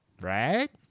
Right